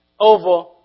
over